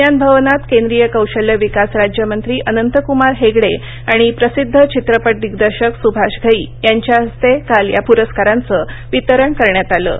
विज्ञान भवनात केंद्रीय कौशल्य विकास राज्यमंत्री अनंतकुमार हेगडे आणि प्रसिध्द चित्रपट दिग्दर्शक सुभाष घई यांच्या हस्ते काल या पुरस्कारांचं वितरण करण्यात आलं